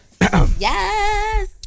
Yes